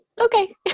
Okay